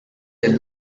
del